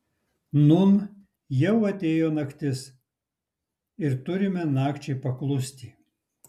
nūn jau atėjo naktis ir turime nakčiai paklusti